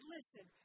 Listen